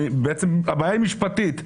בעצם הבעיה היא משפטית.